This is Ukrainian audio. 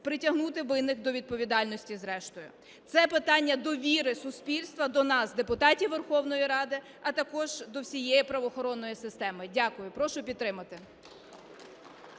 притягнути винних до відповідальності зрештою. Це питання довіри суспільства до нас – депутатів Верховної Ради, а також до всієї правоохоронної системи. Дякую. Прошу підтримати.